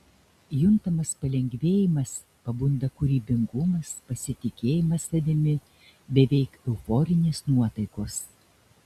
juntamas palengvėjimas pabunda kūrybingumas pasitikėjimas savimi beveik euforinės nuotaikos